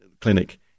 clinic